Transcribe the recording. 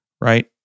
right